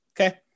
okay